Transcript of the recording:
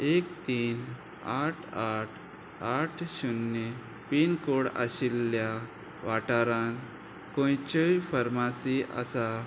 एक तीन आठ आठ आठ शुन्य पिनकोड आशिल्ल्या वाठारांत खंयच्योय फर्मासी आसा